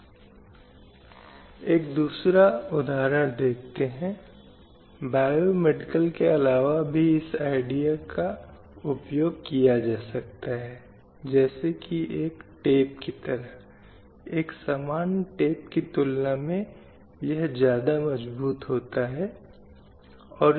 slide समय संदर्भ 0635 इसी तरह ग्रामीण क्षेत्र के साथ साथ शहरी क्षेत्र में भी पुरुषों और महिलाओं की दैनिक मजदूरी पर ध्यान दिया जा सकता है तो वहां भी हमारा अंतर है कि ग्रामीण क्षेत्र में यह 322 के मुकाबले 201है जबकि शहरी क्षेत्र में यह 469 है 366 के मुकाबले